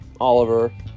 Oliver